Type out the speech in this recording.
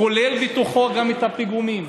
כולל בתוכו גם את הפיגומים.